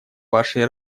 вашей